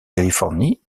californie